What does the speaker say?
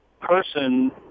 person